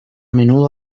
menudo